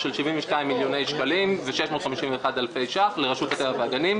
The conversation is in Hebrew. אני חושב שהמצוקה של הדיור לציבור החרדי גדולה מאוד.